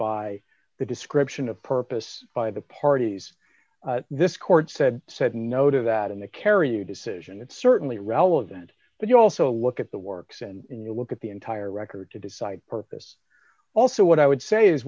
by the description of purpose by the parties this court said said no to that in the carrier decision it's certainly relevant but you also look at the works and look at the entire record to decide purpose also what i would say is